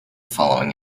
following